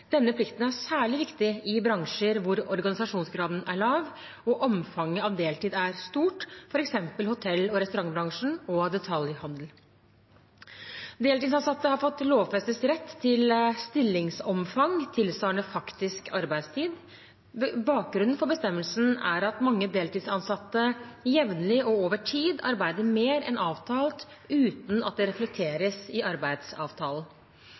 Denne plikten er særlig viktig i bransjer hvor organisasjonsgraden er lav og omfanget av deltid stort, f.eks. hotell- og restaurantbransjen og detaljhandelen. Deltidsansatte har fått lovfestet rett til stillingsomfang tilsvarende faktisk arbeidstid. Bakgrunnen for bestemmelsen er at mange deltidsansatte jevnlig og over tid arbeider mer enn avtalt uten at det reflekteres i arbeidsavtalen.